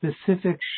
specific